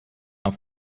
auf